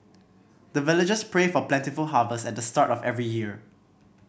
the villagers pray for plentiful harvest at the start of every year